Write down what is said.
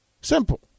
Simple